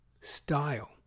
Style